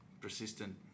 Persistent